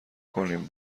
کنیم